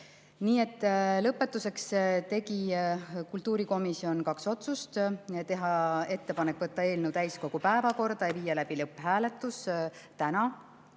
Nii et lõpetuseks tegi kultuurikomisjon kaks otsust: teha ettepanek võtta eelnõu täiskogu päevakorda ja viia läbi lõpphääletus täna,